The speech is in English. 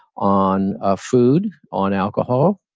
on ah food, on alcohol,